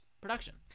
production